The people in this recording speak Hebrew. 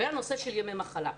הנושא השני הוא ימי מחלה.